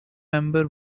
member